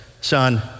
son